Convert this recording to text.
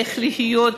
איך לחיות,